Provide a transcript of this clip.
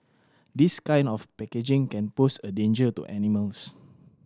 this kind of packaging can pose a danger to animals